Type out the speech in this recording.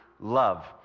love